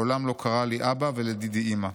מעולם לא קרא לי אבא ולדידי אימא.